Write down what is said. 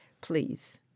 please